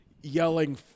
yelling